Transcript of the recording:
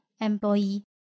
employee